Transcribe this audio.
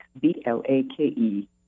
B-L-A-K-E